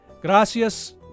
Gracias